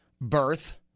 birth